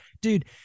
Dude